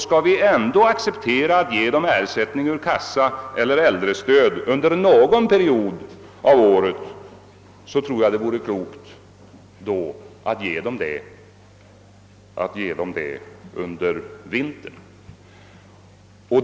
Skall vi ändå acceptera att ge dem ersättning ur arbetslöshetskassa eller äldrestöd under någon period av året tror jag att det vore klokt att de får sådan ersättning under vintern.